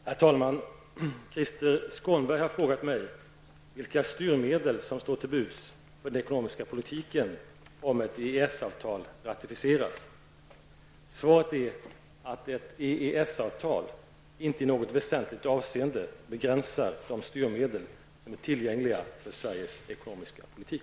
Herr talman! Krister Skånberg har frågat mig vilka styrmedel som står till buds för den ekonomiska politiken om ett EES-avtal ratificeras. Svaret är att ett EES-avtal inte i något väsentligt avseende begränsar de styrmedel som är tillgängliga för Sveriges ekonomiska politik.